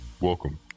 welcome